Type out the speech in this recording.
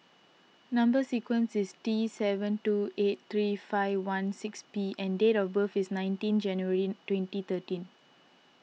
Number Sequence is T seven two eight three five one six P and date of birth is nineteen January twenty thirteen